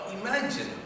imagine